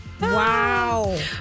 wow